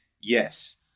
Yes